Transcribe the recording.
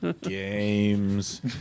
Games